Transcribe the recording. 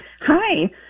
hi